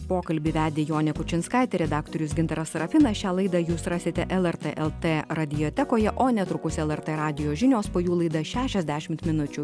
pokalbį vedė jonė kučinskaitė redaktorius gintaras sarafinas šią laidą jūs rasite lrt lt radiotekoje o netrukus lrt radijo žinios po jų laida šešiasdešimt minučių